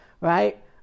right